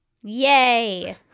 yay